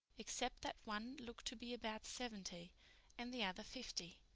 except that one looked to be about seventy and the other fifty,